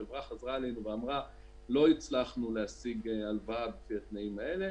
החברה חזרה אלינו ואמרה: לא הצלחנו להשיג הלוואה לפי התנאים האלה,